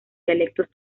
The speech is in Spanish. dialectos